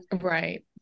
Right